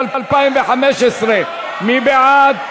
מי בעד?